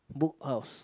Book House